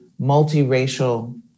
multiracial